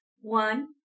One